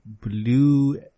blue